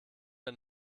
der